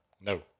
No